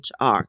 HR